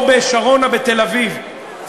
או בשרונה בתל-אביב,